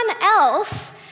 else